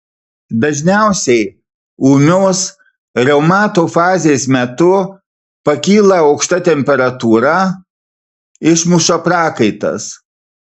dažniausiai ūmios reumato fazės metu pakyla aukšta temperatūra išmuša prakaitas